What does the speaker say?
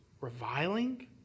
reviling